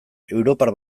europar